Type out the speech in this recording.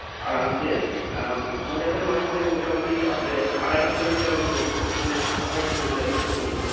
ᱟᱨᱟᱢ ᱥᱮ ᱱᱚᱰᱮ ᱠᱷᱚᱡ ᱢᱟᱥᱟᱱᱡᱷᱳᱲ ᱢᱚᱴᱟ ᱢᱩᱴᱤ ᱟᱯᱮ ᱟᱲᱟᱭ ᱠᱤᱞᱳ ᱢᱤᱴᱟᱨ ᱢᱟᱱᱮ ᱟᱲᱟᱭ ᱠᱤᱞᱳ ᱢᱤᱴᱟᱨ ᱫᱚ ᱵᱟᱝ ᱥᱚᱨᱤ